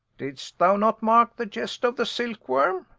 didst thou not mark the jest of the silkworm?